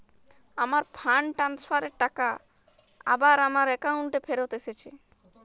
আমার fund transfer এর টাকা আবার আমার একাউন্টে ফেরত এসেছে